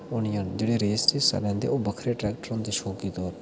होनियां न जेह्ड़ियां रेस दे समें ते ओह् बक्खरे ट्रैक्टर होंदे शौकी तौर पर